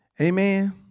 Amen